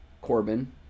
Corbin